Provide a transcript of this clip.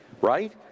right